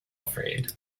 afraid